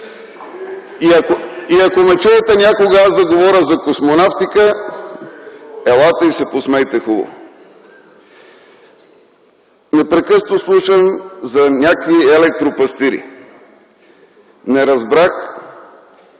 Ако ме чуете някога аз да говоря за космонавтика, елате и се посмейте хубаво. Непрекъснато слушам за някакви електропастири. Не разбрах